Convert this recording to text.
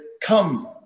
Come